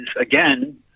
again